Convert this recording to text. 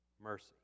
mercy